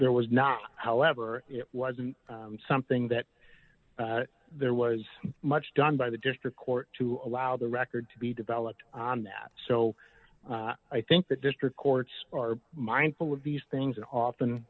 there was not however it wasn't something that there was much done by the district court to allow the record to be developed on that so i think the district courts are mindful of these things and often